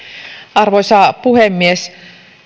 arvoisa puhemies